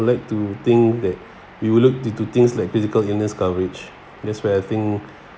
like to think that we will look into things like physical illness coverage that's where I think